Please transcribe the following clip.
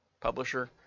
publisher